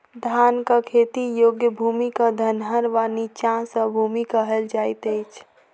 धानक खेती योग्य भूमि क धनहर वा नीचाँस भूमि कहल जाइत अछि